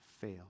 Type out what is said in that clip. fail